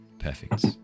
Perfect